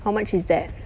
how much is that